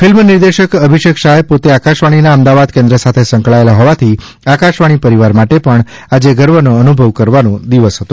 film દિગ્દર્શક અભિષેક શાહ પોતે આકાશવાણી ના અમદાવાદ કેન્દ્ર સાથે સંકળાયેલા હોવાથી આકાશવાણી પરિવાર માટે પણ આજે ગર્વ નો અનુભવ કરવાનો દિવસ હતો